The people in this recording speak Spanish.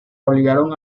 obligaron